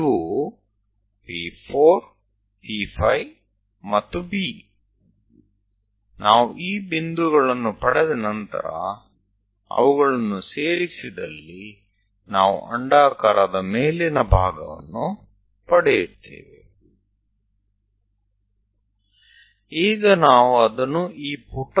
એક વાર આપણી પાસે આ બિંદુઓ હોય આપણે તેને ઉપવલયનો ઉપરનો ભાગ મેળવવા માટે જોડીશું